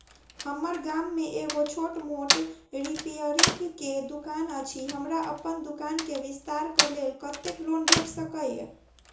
हम्मर गाम मे एगो छोट मोट रिपेयरिंग केँ दुकान अछि, हमरा अप्पन दुकान केँ विस्तार कऽ लेल कत्तेक लोन भेट सकइय?